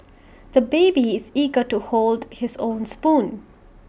the baby is eager to hold his own spoon